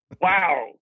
Wow